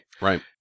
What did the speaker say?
Right